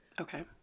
Okay